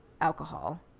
alcohol